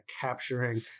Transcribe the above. capturing